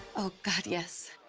oh, god, yes.